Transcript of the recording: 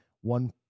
one